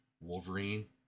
Wolverine